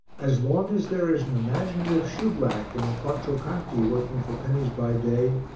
as long as there is an imaginative shoeblack in the quattro canti working for pennies by day,